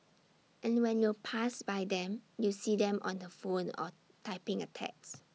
and when you pass by them you see them on the phone or typing A text